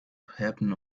happen